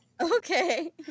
okay